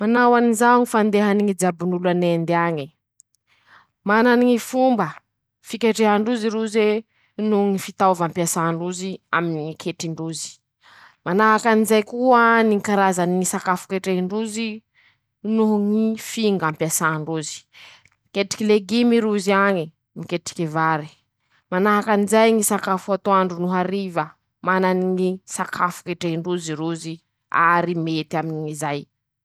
Manao anizao ñy fandehany ñy jabon'olo an'Inde añy e: -Manany ñy fomba ,fiketrehandrozy roze noho ñy fitaova ampiasan-drozy aminy ñy ketrin-drozy ;manahaky anizay koa ñy karazany ñy sakafo ketrehin-drozy ,noho ñy finga ampiasan-drozy ;miketriky legimy rozy añe ,miketriky vary ,manahaky anizay ñy sakafo atoandro noho hariva ,manany ñy sakafo ketrehin-drozyrozy, ary mety amizay.